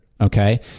Okay